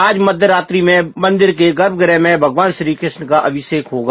आज मध्य रात्रि में मंदिर के गर्भ गृह में भगवान श्रीकृष्ण का अभिषेक होगा